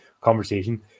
conversation